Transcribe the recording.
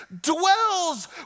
dwells